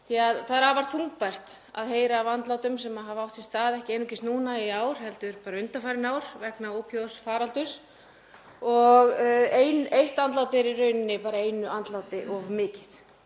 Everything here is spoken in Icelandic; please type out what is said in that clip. Það er afar þungbært að heyra af andlátum sem hafa orðið, ekki einungis núna í ár heldur undanfarin ár, vegna ópíóíðafaraldurs og eitt andlát er í rauninni einu andláti of mikið.